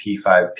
P5P